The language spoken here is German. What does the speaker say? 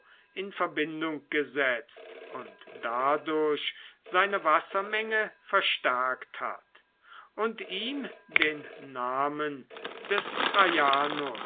in verbindung gesetzt und dadurch seine wassermenge verstärkt hat und ihm den namen des